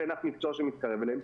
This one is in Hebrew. ואין שום מקצוע שמתקרב אליהם,